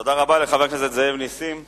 תודה רבה לחבר הכנסת נסים זאב.